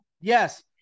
Yes